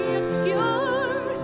obscure